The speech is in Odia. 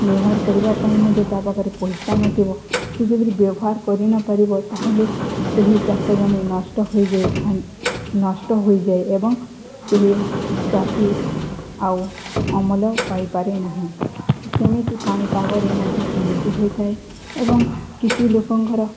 ବ୍ୟବହାର କରିବା ପାଇଁ ମଧ୍ୟ ତା' ପାଖରେ ପଇସା ନଥିବ ସେ ଯଦି ବ୍ୟବହାର କରି ନପାରିବ ତାହେଲେ ସେହି ଚାଷ ଜମି ନଷ୍ଟ ହୋଇଯାଇଥାଏ ନଷ୍ଟ ହୋଇଯାଏ ଏବଂ ସେ ଚାଷୀ ଆଉ ଅମଳ ପାଇପାରେ ନାହିଁ ସେମିତି ପାଣିପାଗରେ ମଧ୍ୟ ସେମିତି ହୋଇଥାଏ ଏବଂ କିଛି ଲୋକଙ୍କର